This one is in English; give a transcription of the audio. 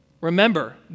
remember